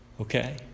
Okay